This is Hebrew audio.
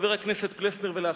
לחבר הכנסת פלסנר ולאחרים.